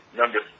number